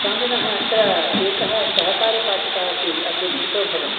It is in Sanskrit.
स्वामिनः अत्र एकः सहकारी पाचकः अपि अपेक्षितो भवति